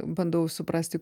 bandau suprasti